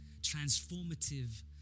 transformative